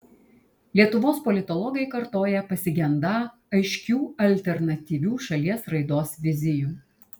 lietuvos politologai kartoja pasigendą aiškių alternatyvių šalies raidos vizijų